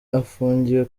afungiwe